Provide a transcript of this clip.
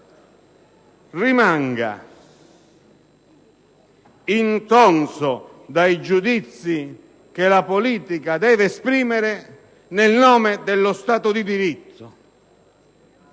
rimanga intonso dai giudizi che la politica deve esprimere nel nome dello Stato di diritto